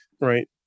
right